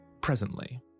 Presently